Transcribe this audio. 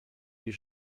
you